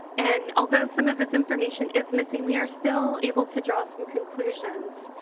and although some of this information is missing we are still able to draw some conclusions.